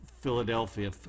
Philadelphia